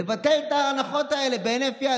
לבטל את ההנחות האלה בהינף יד,